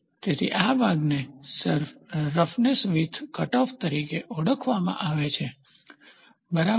તેથી આ ભાગને રફનેસ વીથ કટઓફ તરીકે ઓળખવામાં આવે છે બરાબર